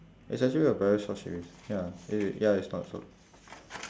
it's actually a very short series ya eh wait ya it's not short